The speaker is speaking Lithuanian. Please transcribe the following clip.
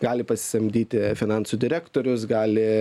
gali pasisamdyti finansų direktorius gali